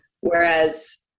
Whereas